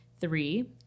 Three